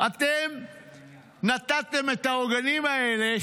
אתם נתתם את העוגנים האלה,